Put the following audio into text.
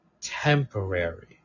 temporary